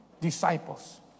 disciples